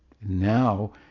Now